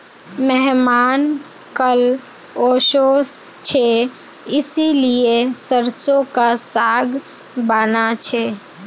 मेहमान कल ओशो छे इसीलिए सरसों का साग बाना छे